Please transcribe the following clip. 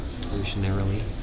Evolutionarily